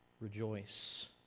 Rejoice